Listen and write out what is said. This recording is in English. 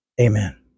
Amen